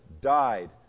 died